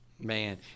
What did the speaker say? Man